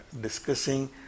discussing